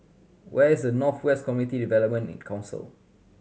where is North West Community Development Council